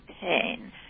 pain